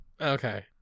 okay